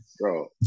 Bro